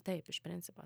taip iš principo